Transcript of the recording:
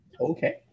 Okay